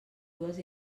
dues